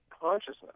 consciousness